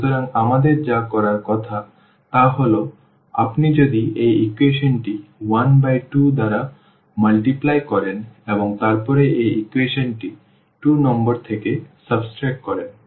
সুতরাং আমাদের যা করার কথা তা হল আপনি যদি এই ইকুয়েশনটি 1 বাই 2 দ্বারা গুণ করেন এবং তারপরে এই ইকুয়েশনটি 2 নম্বর থেকে বিয়োগ করেন